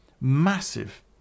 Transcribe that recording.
massive